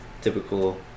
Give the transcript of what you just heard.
typical